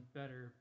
better